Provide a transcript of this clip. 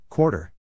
Quarter